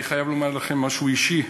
אני חייב לומר לכם משהו אישי.